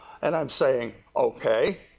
and i am saying, okay?